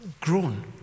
grown